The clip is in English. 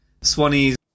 Swanee's